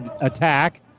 attack